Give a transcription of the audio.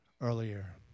earlier